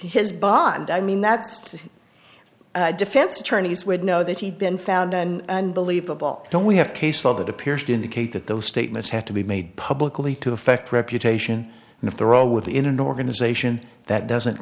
his bond i mean that's defense attorneys would know that he'd been found and believable don't we have case law that appears to indicate that those statements have to be made publicly to affect reputation and if they're all with the in an organization that doesn't